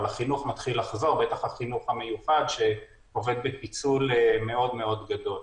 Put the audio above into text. אבל החינוך מתחיל לחזור ובטח החינוך המיוחד שעובד בפיצול מאוד גדול.